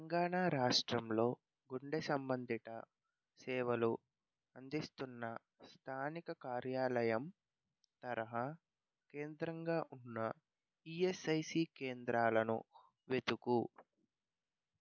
తెలంగాణ రాష్ట్రంలో గుండె సంబంధిత సేవలు అందిస్తున్న స్థానిక కార్యాలయం తరహా కేంద్రంగా ఉన్న ఈఎస్ఐసి కేంద్రాలను వెతుకు